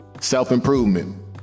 self-improvement